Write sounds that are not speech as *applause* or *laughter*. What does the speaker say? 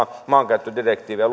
maankäyttödirektiiviä *unintelligible*